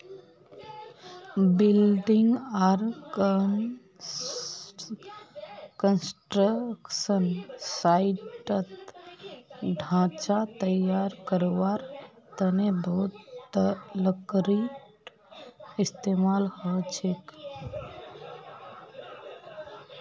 building आर construction साइटत ढांचा तैयार करवार तने बहुत लकड़ीर इस्तेमाल हछेक